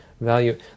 value